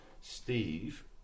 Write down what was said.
Steve